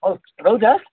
ହଉ ରହୁଛି